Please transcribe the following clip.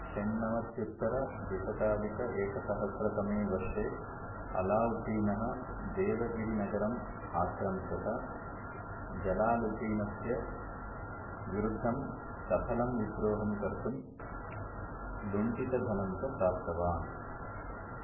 षण्णवत्युत्तरद्विशताधिक एकसहस्रतमे वर्षे अला उद्दीनः देवगिरिनगरं आक्रम्स्यत जलालुद्दीनस्य विरुद्धं सफलं विद्रोहं कर्तुं लुण्टितधनं च प्राप्तवान्